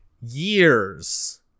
years